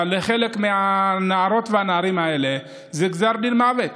אבל לחלק מהנערות והנערים האלה זה גזר דין מוות.